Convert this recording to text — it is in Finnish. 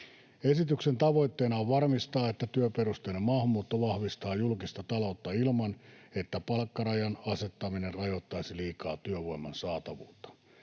Esityksen tavoitteena on varmistaa, että työperusteinen maahanmuutto vahvistaa julkista taloutta ilman, että palkkarajan asettaminen rajoittaisi liikaa työvoiman saatavuutta.